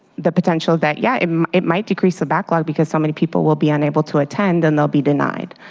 the potential that yeah um it might decrease the backlog because so many people will be unable to attend and they will be denied.